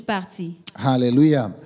Hallelujah